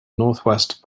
northwest